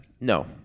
No